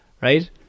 right